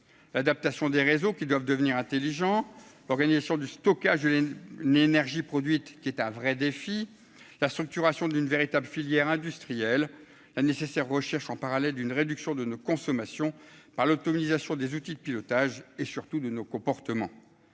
l'adaptation des réseaux qui doivent devenir intelligents, organisation du stockage de l'énergie produite, qui est un vrai défi, la structuration d'une véritable filière industrielle, la nécessaire recherche en parallèle d'une réduction de nos consommations par l'automatisation des outils de pilotage et surtout de nos comportements,